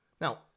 Now